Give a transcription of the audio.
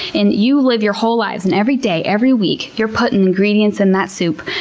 and you live your whole lives and every day, every week, you're putting ingredients in that soup.